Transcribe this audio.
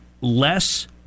less